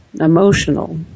emotional